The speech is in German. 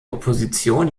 opposition